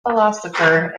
philosopher